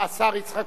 השר יצחק כהן,